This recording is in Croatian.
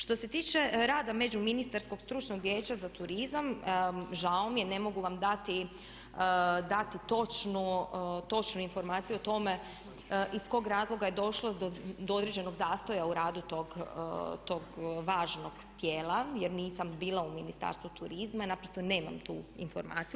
Što se tiče rada Međuministarskog stručnog vijeća za turizam, žao mi je ne mogu vam dati točnu informaciju o tome iz kog razloga je došlo do određenog zastoja u radu tog važnog tijela jer nisam bila u Ministarstvu turizma i naprosto nemam tu informaciju.